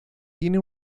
tiene